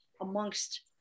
amongst